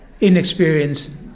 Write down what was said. inexperienced